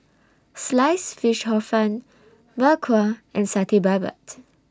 Sliced Fish Hor Fun Bak Kwa and Satay Babat